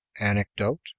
Anecdote